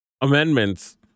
Amendments